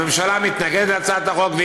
הממשלה מתנגדת להצעת החוק,